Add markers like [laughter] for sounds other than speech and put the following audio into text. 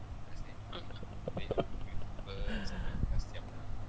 [laughs]